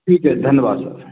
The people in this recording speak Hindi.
ठीक है धन्यवाद